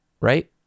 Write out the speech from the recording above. right